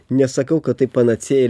nesakau kad tai panacėja